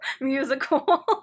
musical